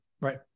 Right